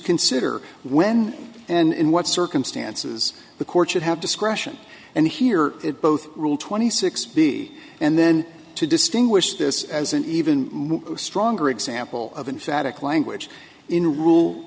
consider when and in what circumstances the court should have discretion and hear it both rule twenty six b and then to distinguish this as an even stronger example of an phatic language in rule